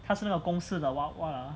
她是那个公司的 what what ah